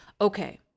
Okay